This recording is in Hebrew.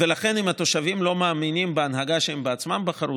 אם התושבים לא מאמינים בהנהגה שהם בעצמם בחרו,